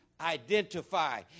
identify